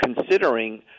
considering